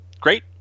great